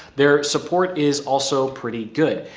their support is also pretty good.